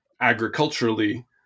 agriculturally